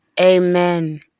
Amen